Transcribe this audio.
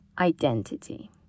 identity